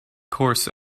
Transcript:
course